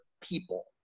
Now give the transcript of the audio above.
people